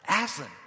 Aslan